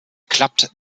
klappt